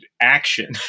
Action